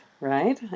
right